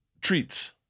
treats